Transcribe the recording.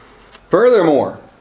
Furthermore